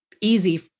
easy